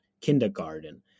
kindergarten